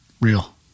Real